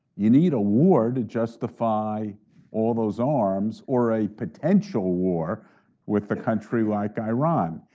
you need a war to justify all those arms or a potential war with a country like iran.